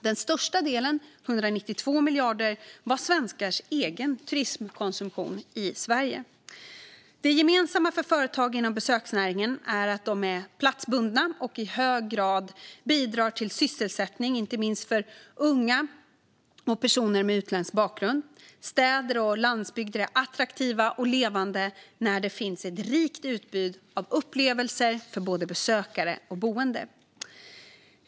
Den största delen, 192 miljarder, var svenskars egen turismkonsumtion i Sverige. Det gemensamma för företag inom besöksnäringen är att de är platsbundna och i hög grad bidrar till sysselsättning, inte minst för unga och personer med utländsk bakgrund. Städer och landsbygder är attraktiva och levande när det finns ett rikt utbud av upplevelser för både besökare och boende.